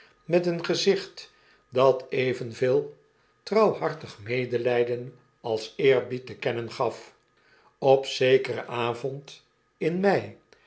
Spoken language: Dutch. met een gezicht dat evenveel trouwhartig medelijden als eerbied te kennen gaf op zekeren avond in mei